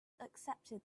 accepted